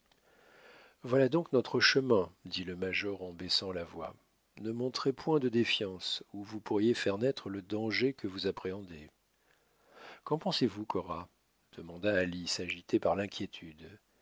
voilà donc notre chemin dit le major en baissant la voix ne montrez point de défiance ou vous pourriez faire naître le danger que vous appréhendez qu'en pensez-vous cora demanda alice agitée par l'inquiétude